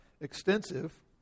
extensive